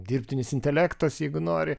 dirbtinis intelektas jeigu nori